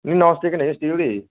ਨਹੀ non stick ਨੀ steel ਦੇ ਨੇ ਜੀ